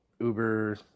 Uber